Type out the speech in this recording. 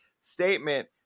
statement